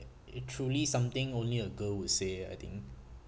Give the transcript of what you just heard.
it truly something only a girl would say ah I think